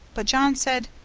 but john said,